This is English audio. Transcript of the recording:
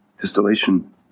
Distillation